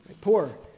poor